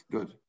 Good